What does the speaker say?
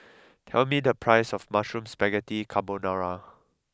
tell me the price of Mushroom Spaghetti Carbonara